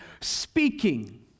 speaking